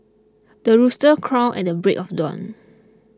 the rooster crow at the break of dawn